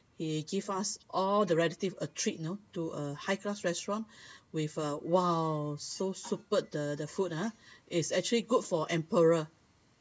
he give us all the relative a treat you know to a high class restaurant with a !wah! so superb the the food ah it's actually good for emperor